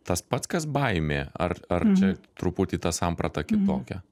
tas pats kas baimė ar ar čia truputį ta samprata kitokia